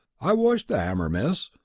i washed the ammer, miss.